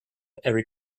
every